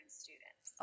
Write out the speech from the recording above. students